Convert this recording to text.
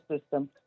system